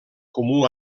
comú